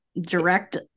direct